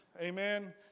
Amen